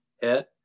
hit